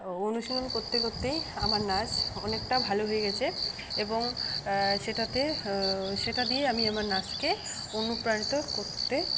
অনুশীলন করতে করতেই আমার নাচ অনেকটা ভালো হয়ে গেছে এবং সেটাতে সেটা দিয়ে আমি আমার নাচকে অনুপ্রাণিত করতে